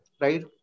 right